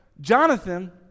Jonathan